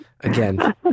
again